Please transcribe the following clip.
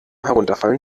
herunterfallen